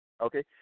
Okay